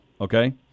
okay